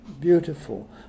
beautiful